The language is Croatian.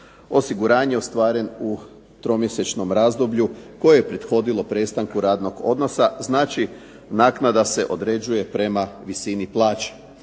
osiguranje ostvaren u tromjesečnom razdoblju koje je prethodilo prestanku radnog odnosa. Znači, naknada se određuje prema visini plaće.